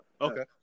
Okay